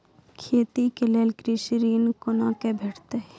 खेती के लेल कृषि ऋण कुना के भेंटते?